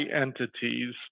entities